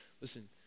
Listen